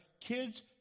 kids